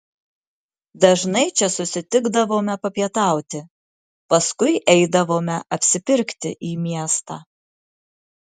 dažnai čia susitikdavome papietauti paskui eidavome apsipirkti į miestą